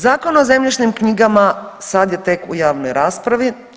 Zakon o zemljišnim knjigama sad je tek u javnoj raspravi.